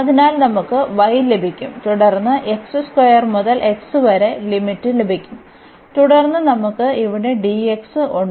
അതിനാൽ നമുക്ക് y ലഭിക്കും തുടർന്ന് മുതൽ x വരെ ലിമിറ്റ് ലഭിക്കും തുടർന്ന് നമുക്ക് ഇവിടെ ഉണ്ട്